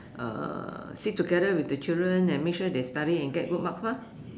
uh sit together with the children and make sure they study and get good marks mah